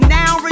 now